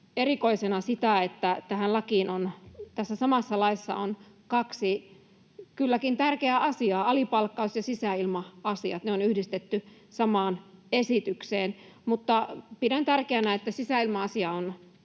erikoisena sitä, että tässä samassa laissa on kaksi — kylläkin tärkeää — asiaa: alipalkkaus ja sisäilma-asiat. Ne on yhdistetty samaan esitykseen. Mutta pidän tätä tärkeänä. Sisäilma-asia on